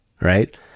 right